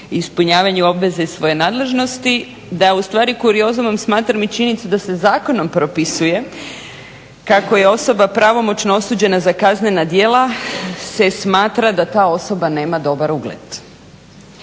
ispunjavanju obveze iz svoje nadležnosti, da je ustvari kuriozumom smatram i činjenicu da se zakonom propisuje kako je osoba pravomoćno osuđena za kaznena djela se smatra da ta osoba nema dobar ugled.